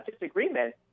disagreement